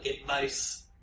advice